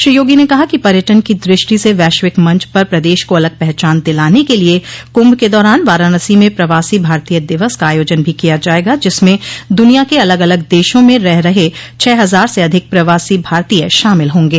श्री योगी ने कहा कि पर्यटन की दृष्टि से वैश्विक मंच पर प्रदेश को अलग पहचान दिलाने के लिए कुंभ के दौरान वाराणसी में प्रवासी भारतीय दिवस का आयोजन भी किया जायेगा जिसमें दुनिया के अलग अलग देशों में रह रहे छह हजार से अधिक प्रवासी भारतीय शामिल होंगे